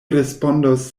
respondos